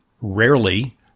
rarely